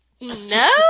No